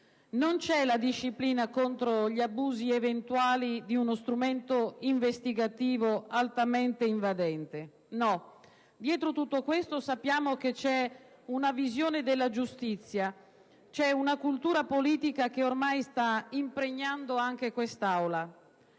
non c'è la disciplina contro gli abusi eventuali di uno strumento investigativo altamente invadente. No. Dietro tutto questo, sappiamo che c'è una visione della giustizia, c'è una cultura politica che ormai sta impregnando anche quest'Aula.